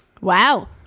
Wow